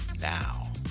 Now